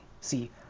See